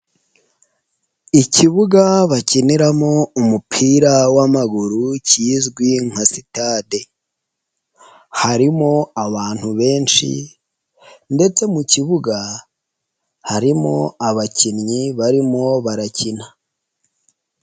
Ikibuga bakiniramo umupira w'amaguru kizwi nka sitade, harimo abantu benshi ndetse mu kibuga harimo abakinnyi barimo barakina.